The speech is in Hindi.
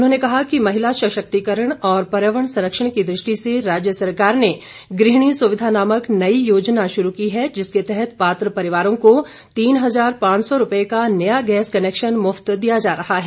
उन्होंने कहा कि महिला सशक्तिकरण और पर्यावरण संरक्षण की दृष्टि से राज्य सरकार ने गृहिणी सुविधा नामक नई योजना शुरू की है जिसके तहत पात्र परिवारों को तीन हजार पांच सौ रूपये का नया गैस कनैक्शन मुफ़त प्रदान किया जा रहा है